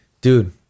Dude